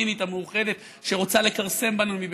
הפלסטינית המאוחדת, שרוצה לכרסם בנו מבפנים.